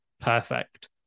perfect